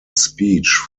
speech